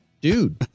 Dude